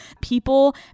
People